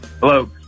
Hello